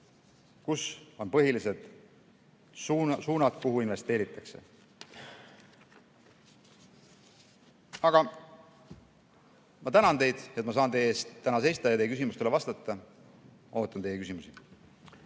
mis on põhilised suunad, kuhu investeeritakse. Aga ma tänan teid, et ma saan teie ees täna seista ja teie küsimustele vastata. Ootan teie küsimusi.